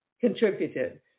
contributed